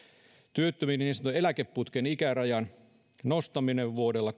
työttömien niin sanotun eläkeputken ikärajan nostaminen vuodella